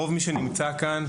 רוב מי שנמצא כאן,